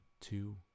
two